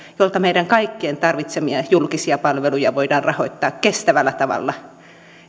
jolta meidän kaikkien tarvitsemia julkisia palveluja voidaan rahoittaa kestävällä tavalla